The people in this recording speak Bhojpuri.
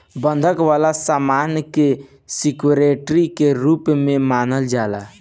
बंधक वाला सामान के सिक्योरिटी के रूप में मानल जाला